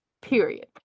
period